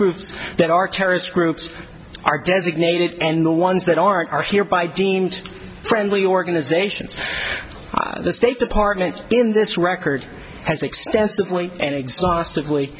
groups that are terrorist groups are designated and the ones that aren't are hereby deemed friendly organizations the state department in this record as extensively and exhaustively